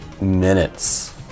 minutes